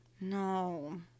no